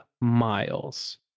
miles